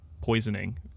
poisoning